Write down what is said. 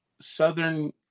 Southern